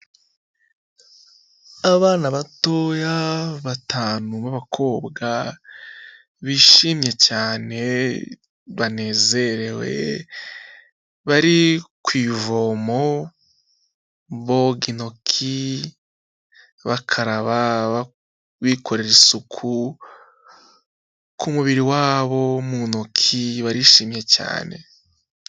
Abana batoya batanu b'abakobwa, bishimye cyane, banezerewe, bari ku ivomo boga intoki, bakaraba bikorera isuku ku mubiri wabo mu ntoki barishimye cyane.